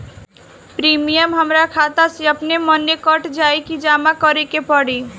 Premium हमरा खाता से अपने माने कट जाई की जमा करे के पड़ी?